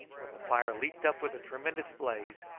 when the fire leaped up with a tremendous blaze,